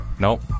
Nope